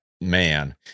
Man